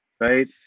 Right